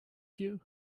you